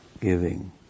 Giving